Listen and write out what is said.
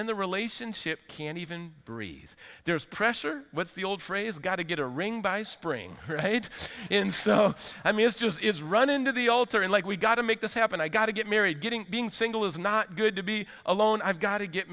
then the relationship can't even breathe there's pressure what's the old phrase got to get a ring by spring it in so i mean is do is run into the altar and like we've got to make this happen i got to get married getting being single is not good to be alone i've got to get